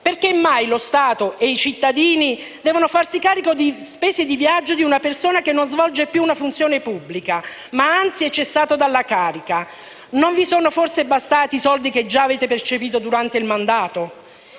Perché mai lo Stato e i cittadini devono farsi carico di spese di viaggio di una persona che non svolge più una funzione pubblica, ma anzi è cessata dalla carica? Non vi sono forse bastati i soldi che già avete percepito durante il mandato?